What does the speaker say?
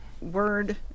word